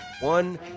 one